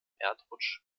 erdrutsch